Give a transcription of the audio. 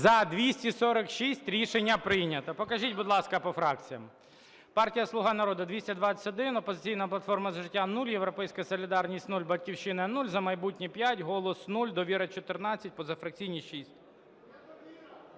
За-246 Рішення прийнято. Покажіть, будь ласка, по фракціям. Партія "Слуга народу" – 221, "Опозиційна платформа – За життя" – 0, "Європейська солідарність" – 0, "Батьківщина" – 0, "За майбутнє" – 5, "Голос" – 0, "Довіра" – 14, позафракційні –